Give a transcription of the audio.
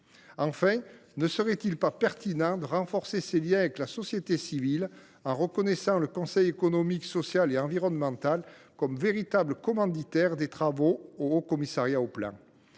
Enfin, ne serait il pas pertinent de renforcer ses liens avec la société civile en reconnaissant le Conseil économique, social et environnemental comme véritable commanditaire des travaux du Haut Commissariat au plan ?